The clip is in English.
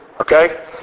Okay